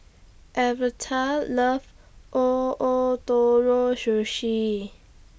Alverta loves O Ootoro Sushi